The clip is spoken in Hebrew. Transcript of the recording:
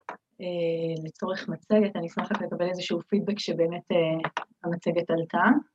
לצורך מצגת, אני אשמח לקבל איזשהו פידבק שבאמת המצגת עלתה